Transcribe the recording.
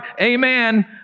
Amen